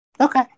Okay